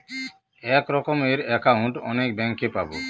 এক রকমের একাউন্ট অনেক ব্যাঙ্কে পাবো